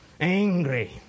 angry